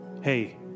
Hey